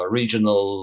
regional